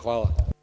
Hvala.